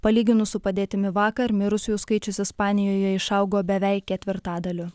palyginus su padėtimi vakar mirusiųjų skaičius ispanijoje išaugo beveik ketvirtadaliu